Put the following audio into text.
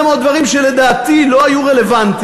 מאוד דברים שלדעתי לא היו רלוונטיים,